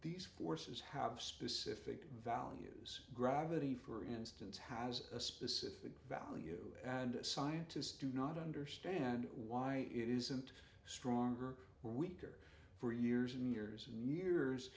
these forces have specific values gravity for instance has a specific value and scientists do not understand why it isn't stronger or weaker for years and years and years